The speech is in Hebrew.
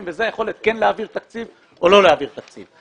וזאת היכולת כן להעביר תקציב או לא להעביר תקציב.